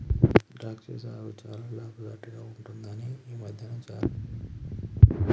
ద్రాక్ష సాగు చాల లాభసాటిగ ఉంటుందని ఈ మధ్యన చాల మంది చెపుతున్నారు